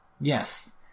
Yes